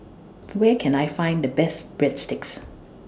Where Can I Find The Best Breadsticks